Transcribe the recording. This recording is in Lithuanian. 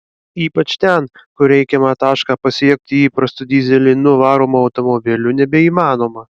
ypač ten kur reikiamą tašką pasiekti įprastu dyzelinu varomu automobiliu nebeįmanoma